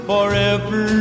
Forever